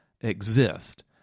exist